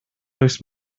durchs